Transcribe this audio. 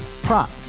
Prop